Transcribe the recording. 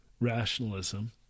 rationalism